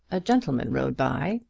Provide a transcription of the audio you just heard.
a gentleman rode by,